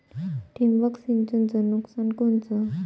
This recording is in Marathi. ठिबक सिंचनचं नुकसान कोनचं?